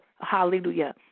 hallelujah